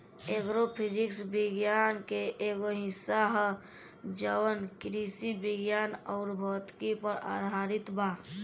agro physics विज्ञान के एगो हिस्सा ह जवन कृषि विज्ञान अउर भौतिकी पर आधारित बा